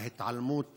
ההתעלמות